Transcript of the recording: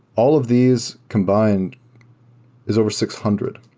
all of these combined is over six hundred.